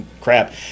crap